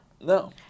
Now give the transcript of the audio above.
No